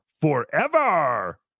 forever